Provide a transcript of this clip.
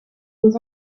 aux